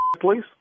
please